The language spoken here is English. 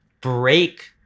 break